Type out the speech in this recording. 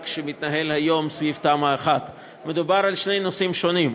שמתנהל היום סביב תמ"א 1. מדובר על שני נושאים שונים.